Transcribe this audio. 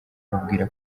ababwira